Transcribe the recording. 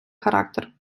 характер